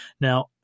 Now